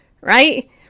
right